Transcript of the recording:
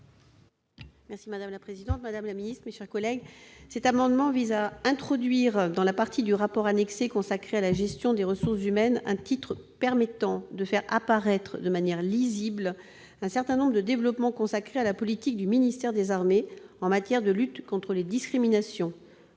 : La parole est à Mme Hélène Conway-Mouret. Cet amendement vise à introduire, dans la partie du rapport annexé consacrée à la gestion des ressources humaines, un titre permettant de faire apparaître de manière lisible un certain nombre de développements concernant la politique du ministère des armées en matière de lutte contre les discriminations.